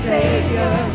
Savior